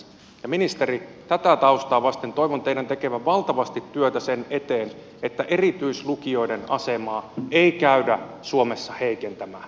ja ministeri tätä taustaa vasten toivon teidän tekevän valtavasti työtä sen eteen että erityislukioiden asemaa ei käydä suomessa heikentämään